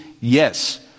Yes